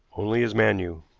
only his man knew.